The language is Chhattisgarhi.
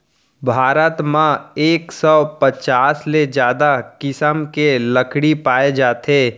भारत म एक सौ पचास ले जादा किसम के लकड़ी पाए जाथे